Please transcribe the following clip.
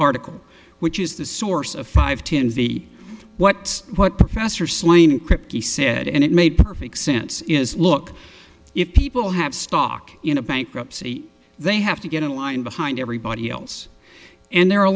article which is the source of five ten v what what professor slain encrypt he said and it made perfect sense is look if people have stock in a bankruptcy they have to get in line behind everybody else and there are a